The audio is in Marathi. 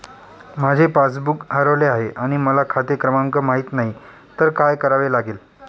माझे पासबूक हरवले आहे आणि मला खाते क्रमांक माहित नाही तर काय करावे लागेल?